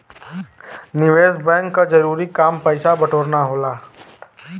निवेस बैंक क जरूरी काम पैसा बटोरना होला